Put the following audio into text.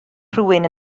rhywun